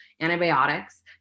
antibiotics